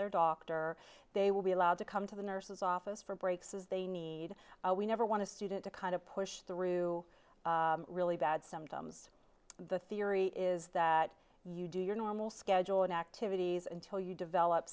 their doctor they will be allowed to come to the nurse's office for breaks as they need we never want to student to kind of push through really bad sometimes the theory is that you do your normal schedule and activities until you develop